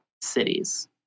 cities